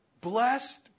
Blessed